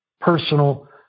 personal